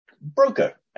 broker